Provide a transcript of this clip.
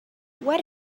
what